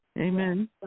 Amen